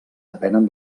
depenen